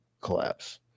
collapse